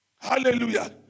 Hallelujah